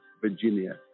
Virginia